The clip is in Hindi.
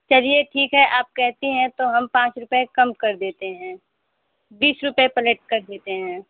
चलिए ठीक है आप कहती हैं तो हम पाँच रुपये कम कर देते हैं बीस रुपये पलेट कर देते हैं